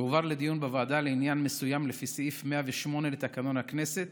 תועבר לדיון בוועדה לעניין מסוים לפי סעיף 108 לתקנון הכנסת